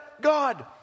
God